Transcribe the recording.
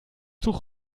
tuch